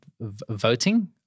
voting